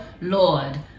Lord